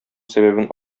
сәбәбен